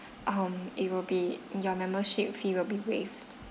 um it will be your membership fee will be waived